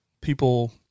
people